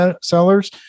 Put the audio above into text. sellers